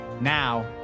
Now